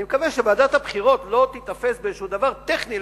אני מקווה שוועדת הבחירות לא תיתפס באיזה דבר טכני,